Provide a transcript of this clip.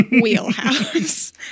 wheelhouse